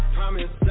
Promise